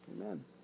Amen